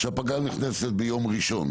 שהפגרה נכנסת ביום ראשון,